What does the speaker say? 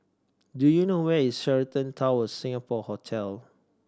do you know where is Sheraton Towers Singapore Hotel